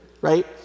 right